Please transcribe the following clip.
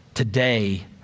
Today